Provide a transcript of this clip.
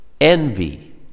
envy